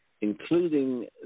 including